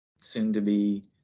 soon-to-be